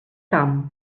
camp